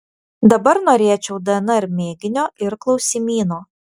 dabar norėčiau dnr mėginio ir klausimyno